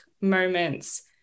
moments